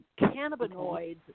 cannabinoids